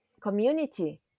community